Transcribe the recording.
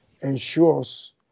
ensures